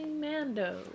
Mando